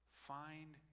Find